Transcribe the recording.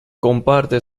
comparte